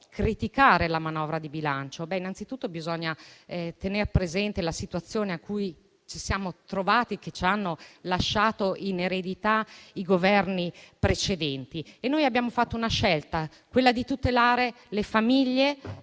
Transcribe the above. criticata. Innanzitutto, bisogna tener presente la situazione in cui ci siamo trovati e che ci hanno lasciato in eredità i Governi precedenti. Noi abbiamo fatto una scelta, quella di tutelare le famiglie